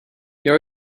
your